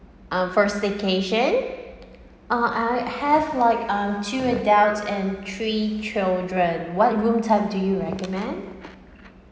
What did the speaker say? um for staycation uh I have like uh two adults and three children what room type do you recommend